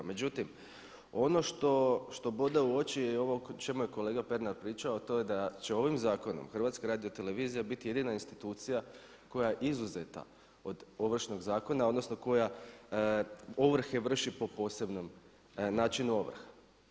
Međutim, ono što bode u oči je ovo o čemu je kolega Pernar pričao a to je da će ovim zakonom HRT biti jedina institucija koja je izuzeta od Ovršnog zakona odnosno koja ovrhe vrši po posebnom načinu ovrha.